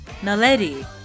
Naledi